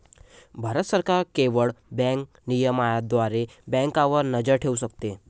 भारत सरकार केवळ बँक नियमनाद्वारे बँकांवर नजर ठेवू शकते